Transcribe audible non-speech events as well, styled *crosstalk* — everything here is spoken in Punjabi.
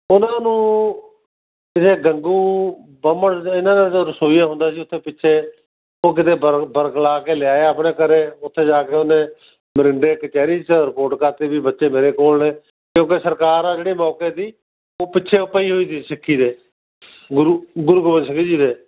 ਉਹਨਾਂ ਨੂੰ ਕਿਸੇ ਗੰਗੂ ਬਾਹਮਣ *unintelligible* ਰਸੋਈਆ ਹੁੰਦਾ ਸੀ ਉਥੇ ਪਿੱਛੇ ਉਹ ਕਿਤੇ ਬਰ ਬਰਗਲਾ ਕੇ ਲਿਆਇਆ ਆਪਣੇ ਘਰ ਉੱਥੇ ਜਾ ਕੇ ਉਹਨੇ ਮਰਿੰਡੇ ਕਚਹਿਰੀ 'ਚ ਰਿਪੋਰਟ ਕਰਤੀ ਵੀ ਬੱਚੇ ਮੇਰੇ ਕੋਲ ਨੇ ਕਿਉਂਕਿ ਸਰਕਾਰ ਆ ਜਿਹੜੀ ਮੌਕੇ ਦੀ ਉਹ ਪਿੱਛੇ ਓਹ ਪਈ ਹੋਈ ਸੀ ਸਿੱਖੀ ਦੇ ਗੁਰੂ ਗੁਰੂ ਗੋਬਿੰਦ ਸਿੰਘ ਜੀ ਦੇ